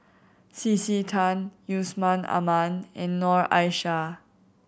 C C Tan Yusman Aman and Noor Aishah